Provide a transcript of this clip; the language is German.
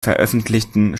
veröffentlichten